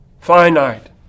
finite